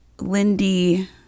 Lindy